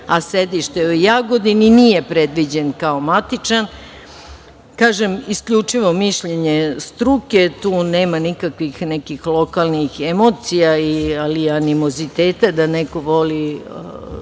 a sedište u Jagodini, nije predviđen kao matičan? Kažem, isključivo mišljenje struke, tu nema nikakvih nekih lokalnih emocija, a ni animoziteta da neko voli